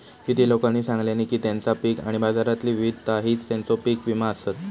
किती लोकांनी सांगल्यानी की तेंचा पीक आणि बाजारातली विविधता हीच तेंचो पीक विमो आसत